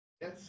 Yes